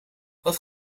wat